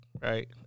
right